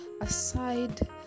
aside